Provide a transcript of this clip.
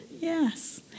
Yes